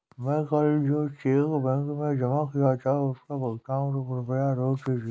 मैं कल जो चेक बैंक में जमा किया था उसका भुगतान कृपया रोक दीजिए